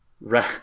right